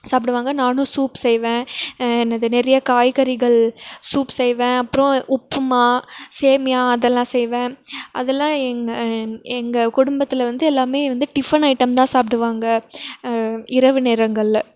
சாப்பிடுவாங்க நானும் சூப் செய்வேன் என்னது நிறையா காய்கறிகள் சூப் செய்வேன் அப்புறம் உப்புமா சேமியா அதெல்லாம் செய்வேன் அதெல்லாம் எங்கள் எங்கள் குடும்பத்தில் வந்து எல்லாமே வந்து டிஃபன் ஐட்டம் தான் சாப்பிடுவாங்க இரவு நேரங்களில்